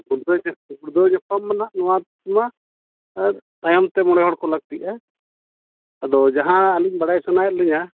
ᱜᱩᱲᱫᱟᱹᱣ ᱧᱚᱜ ᱠᱟᱜᱢᱮ ᱱᱟᱦᱟᱜ ᱟᱨ ᱱᱟᱦᱟᱜ ᱱᱚᱣᱟ ᱢᱟ ᱛᱟᱭᱚᱢ ᱛᱮ ᱢᱚᱬᱮ ᱦᱚᱲ ᱠᱚ ᱞᱟᱹᱠᱛᱤᱜᱼᱟ ᱟᱫᱚ ᱡᱟᱦᱟᱸ ᱟᱹᱞᱤᱧ ᱵᱟᱲᱟᱭ ᱥᱟᱱᱟᱭᱮᱫ ᱞᱤᱧᱟᱹ